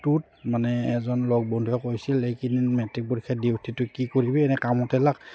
টুত মানে এজন লগ বন্ধুুৱে কৈছিল এইকেইনদিন মেট্ৰিক পৰীক্ষা ডিউটিটো কি কৰিবি এনেই কামতে লাগ